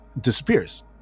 disappears